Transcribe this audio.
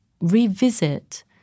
revisit